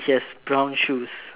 yes brown shoes